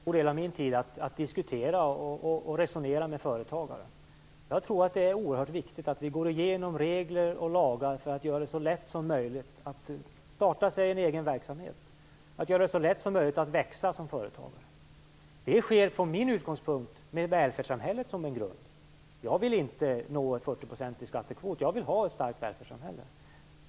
Fru talman! Jag ägnar en stor del av min tid till att diskutera och resonera med företagare. Jag tror att det är oerhört viktigt att gå igenom regler och lagar för att göra det så lätt som möjligt att starta egen verksamhet och växa som företagare. Det sker från min utgångspunkt med välfärdssamhället som grund. Jag vill inte nå en 40-procentig skattekvot. Jag vill ha ett starkt välfärdssamhälle.